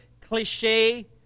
cliche